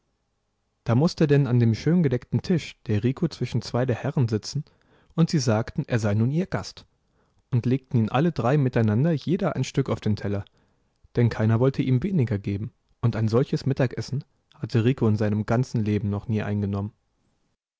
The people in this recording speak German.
da mußte denn an dem schöngedeckten tisch der rico zwischen zwei der herren sitzen und sie sagten er sei nun ihr gast und legten ihm alle drei miteinander jeder ein stück auf den teller denn keiner wollte ihm weniger geben und ein solches mittagessen hatte rico in seinem ganzen leben noch nie eingenommen